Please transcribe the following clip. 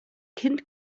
kind